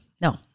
No